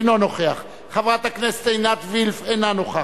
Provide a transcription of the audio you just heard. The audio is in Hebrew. אינו נוכח, חברת הכנסת עינת וילף, אינה נוכחת,